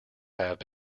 have